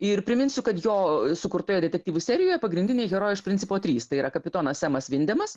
ir priminsiu kad jo sukurtoje detektyvų serijoje pagrindiniai herojai iš principo trys tai yra kapitonas semas vindemas